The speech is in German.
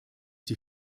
die